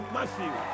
Matthew